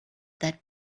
that